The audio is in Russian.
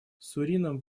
суринам